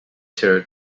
ter